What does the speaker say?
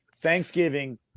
Thanksgiving